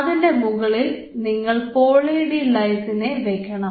അതിൻറെ മുകളിൽ നിങ്ങൾ പോളി ഡി ലൈസിൻവെക്കണം